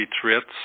threats